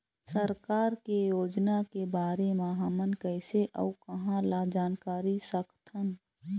सरकार के योजना के बारे म हमन कैसे अऊ कहां ल जानकारी सकथन?